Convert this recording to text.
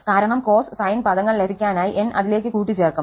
കാരണം cos sine പദങ്ങൾ ലഭിക്കാനായി n അതിലേക്ക് കൂട്ടിച്ചേർക്കും